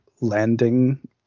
landing